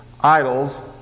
idols